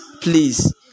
please